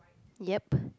ya